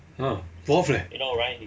ha golf leh